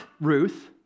Ruth